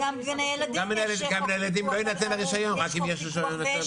גם בגני ילדים לא יינתן הרישיון רק אם יש רישיון היתר בנייה.